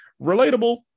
relatable